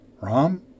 Rom